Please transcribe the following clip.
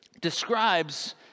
describes